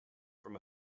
from